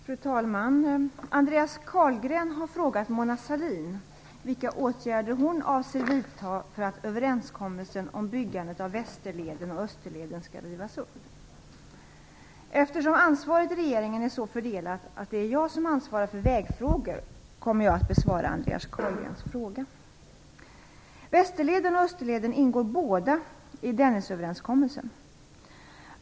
Fru talman! Andreas Carlgren har frågat Mona Sahlin vilka åtgärder hon avser att vidta för att överenskommelsen om byggandet av Västerleden och Eftersom ansvaret i regeringen är så fördelat att det är jag som ansvarar för vägfrågor kommer jag att besvara Andreas Carlgrens fråga. Dennisöverenskommelsen.